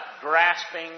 grasping